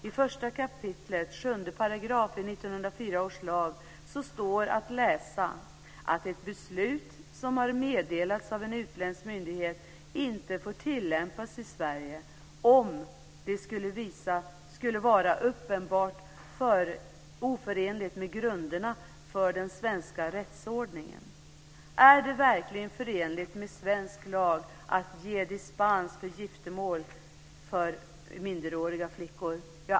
I 1 kap. 7 § i 1904 års lag står att läsa att ett beslut som har meddelats av en utländsk myndighet inte får tilllämpas i Sverige om det skulle vara uppenbart oförenligt med grunderna för den svenska rättsordningen. Är det verkligen förenligt med svensk lag att ge dispens för giftermål för minderåriga flickor?